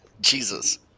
Jesus